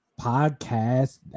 Podcast